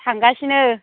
थांगासिनो